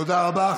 תודה רבה.